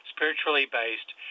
spiritually-based